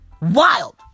Wild